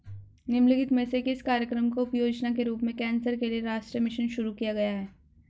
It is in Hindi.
निम्नलिखित में से किस कार्यक्रम को उपयोजना के रूप में कैंसर के लिए राष्ट्रीय मिशन शुरू किया गया है?